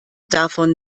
davon